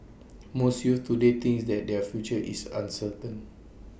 most youths today think that their future is uncertain